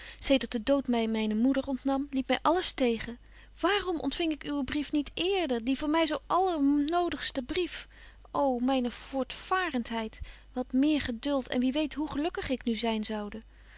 zedert de dood my myne moeder ontnam liep my alles tegen waarom ontfing ik uwen brief niet eerder dien voor my zo allernodigsten brief ô myne voortvarentheid wat meer geduld en wie weet hoe gelukkig ik nu zyn zoude